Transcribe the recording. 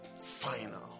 Final